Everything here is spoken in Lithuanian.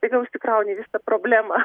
staiga užsikrauni visą problemą